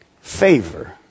favor